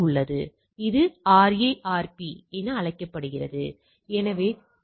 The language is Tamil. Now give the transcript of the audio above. உண்மையில் அந்த மாதிரியான சூழ்நிலையில் நம்மால் இந்த வகை கை வர்க்க சோதனையை பயன்படுத்தமுடியும்